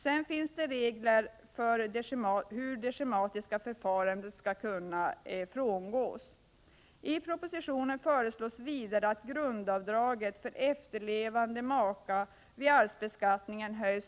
Sedan finns det regler för hur det schematiska förfarandet skall kunna frångås.